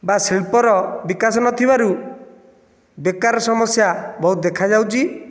ବା ଶିଳ୍ପର ବିକାଶ ନଥିବାରୁ ବେକାର ସମସ୍ୟା ବହୁତ ଦେଖାଯାଉଛି